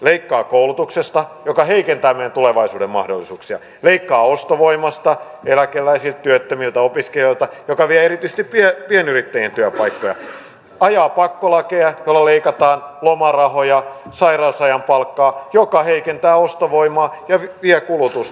leikkaa koulutuksesta mikä heikentää meidän tulevaisuuden mahdollisuuksia leikkaa ostovoimasta eläkeläisiltä työttömiltä opiskelijoilta mikä vie erityisesti pienyrittäjien työpaikkoja ajaa pakkolakeja joilla leikataan lomarahoja sairausajan palkkaa mikä heikentää ostovoimaa ja vie kulutusta